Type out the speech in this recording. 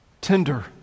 tender